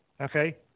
okay